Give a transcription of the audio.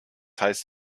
heißt